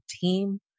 team